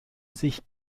sich